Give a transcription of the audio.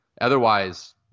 Otherwise –